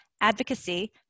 advocacy